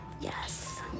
yes